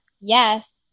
Yes